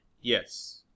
Yes